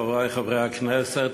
חברי חברי הכנסת,